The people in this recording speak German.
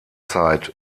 zeit